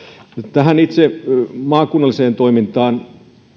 tähän itse maakunnalliseen toimintaan